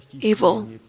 Evil